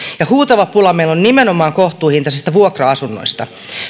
ja huutava pula meillä on nimenomaan kohtuuhintaisista vuokra asunnoista